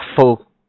full